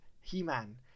He-Man